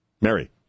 Mary